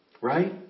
Right